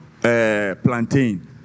plantain